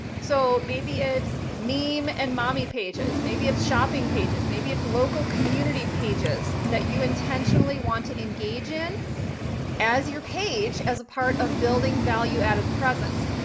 so maybe it's meme and mommy pages, maybe it's shopping pages, maybe it's local community pages that you intentionally want to engage in as your page as a part of building value added presence.